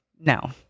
No